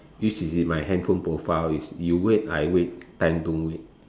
which is in my handphone profile is you wait I wait time don't wait